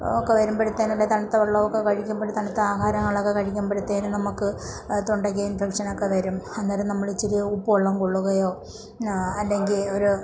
ഒക്കെ വരുമ്പോഴത്തേനും അല്ലെങ്കിൽ തണുത്ത വെള്ളം ഒക്കെ കഴിക്കുമ്പോഴത്തെ തണുത്ത ആഹാരങ്ങളൊക്കെ കഴിക്കുമ്പോഴത്തേനും നമുക്ക് തൊണ്ടയ്ക്ക് ഇൻഫെക്ഷൻ ഒക്കെ വരും അന്നേരം നമ്മൾ ഇത്തിരി ഉപ്പുവെള്ളം കൊള്ളുകയോ അല്ലെങ്കിൽ ഒരു